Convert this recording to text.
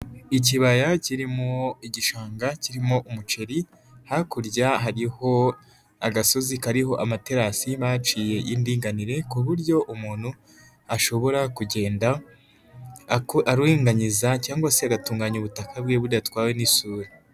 Ikibaya kirimo igishanga kirimo umuceri, hakurya hariho agasozi kariho amaterasi baciye y'indinganire ku buryo umuntu ashobora kugenda aringaniza cyangwa se agatunganya ubutaka bwe budatwawe n'isuri.